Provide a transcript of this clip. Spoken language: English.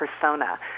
persona